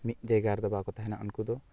ᱢᱤᱫ ᱡᱟᱭᱜᱟ ᱨᱮᱫᱚ ᱵᱟᱠᱚ ᱛᱟᱦᱮᱱᱟ ᱩᱱᱠᱩ ᱫᱚ